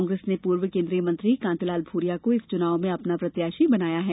कांग्रेस ने पूर्व केन्द्रीय मंत्री कांतिलाल भूरिया को इस चुनाव में अपना प्रत्याशी बनाया है